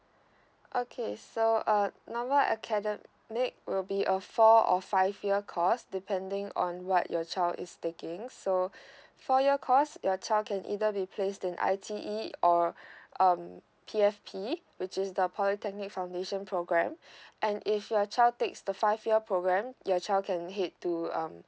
okay so uh normal academic will be a four or five year course depending on what your child is taking so for your course your child can either be placed in I_T_E or um P_F_P which is the polytechnic foundation program and if your child takes the five year program your child can head to um